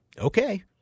Okay